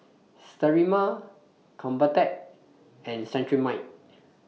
Sterimar Convatec and Cetrimide